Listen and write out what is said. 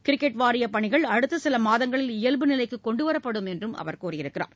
cricket வாரிய பணிகள் அடுத்த சில மாதங்களில் இயல்பு நிலைக்கு கொண்டுவரப்படும் என்றும் தெரிவித்துள்ளார்